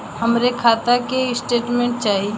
हमरे खाता के स्टेटमेंट चाही?